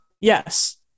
Yes